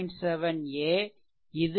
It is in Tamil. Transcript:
7 b